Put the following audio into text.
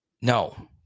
no